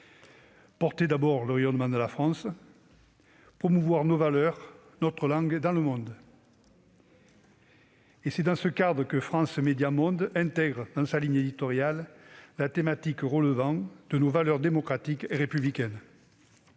porter le rayonnement de la France ; d'autre part, promouvoir nos valeurs et notre langue dans le monde. Et c'est dans ce cadre que France Médias Monde intègre dans sa ligne éditoriale la thématique relevant de nos valeurs démocratiques et républicaines.